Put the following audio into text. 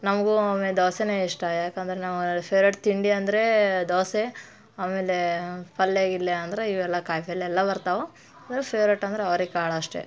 ನಮಗೂ ಒಮ್ಮೊಮ್ಮೆ ದೋಸೆನೇ ಇಷ್ಟ ಯಾಕಂದ್ರೆ ನಮ್ಮ ಫೇವ್ರೇಟ್ ತಿಂಡಿ ಅಂದ್ರೆ ದೋಸೆ ಆಮೇಲೆ ಪಲ್ಯ ಗಿಲ್ಯ ಅಂದರೆ ಇವೆಲ್ಲ ಕಾಯಿಪಲ್ಯ ಎಲ್ಲ ಬರ್ತವೆ ಫೇವ್ರೇಟ್ ಅಂದ್ರೆ ಅವ್ರೆಕಾಳು ಅಷ್ಟೇ